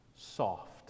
soft